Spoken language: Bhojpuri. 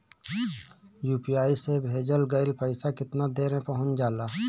यू.पी.आई से भेजल गईल पईसा कितना देर में पहुंच जाला?